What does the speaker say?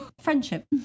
friendship